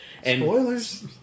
Spoilers